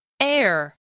Air